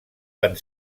van